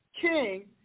king